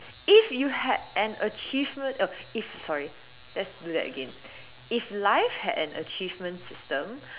if you had an achievement oh if sorry let's do that again if life had an achievement system